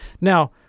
Now